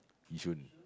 yishun